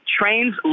trains